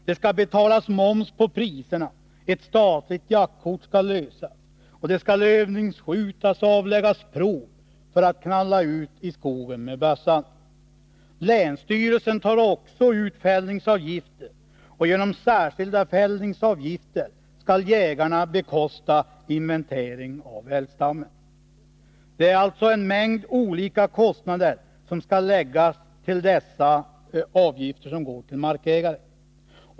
Det skall betalas moms på priserna, ett statligt jaktkort skall lösas, och det skall övningsskjutas och avläggas prov för att man skall få knalla ut i skogen med bössan. Länsstyrelsen tar också ut fällningsavgifter, och genom särskilda fällningsavgifter skall jägarna bekosta inventering av älgstammen. Det är alltså en mängd olika kostnader som skall läggas till dessa avgifter till markägaren.